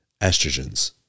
estrogens